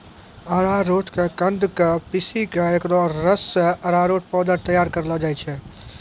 अरारोट के कंद क पीसी क एकरो रस सॅ अरारोट पाउडर तैयार करलो जाय छै